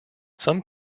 some